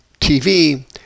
TV